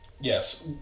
Yes